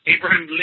Abraham